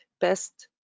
best